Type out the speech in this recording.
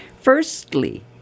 Firstly